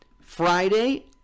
Friday